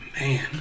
Man